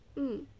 mm